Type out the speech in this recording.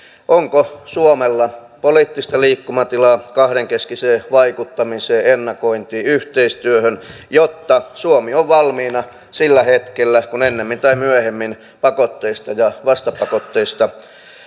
onko suomella poliittista liikkumatilaa kahdenkeskiseen vaikuttamiseen ennakointiin yhteistyöhön jotta suomi on valmiina sillä hetkellä kun ennemmin tai myöhemmin pakotteista ja vastapakotteista